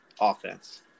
offense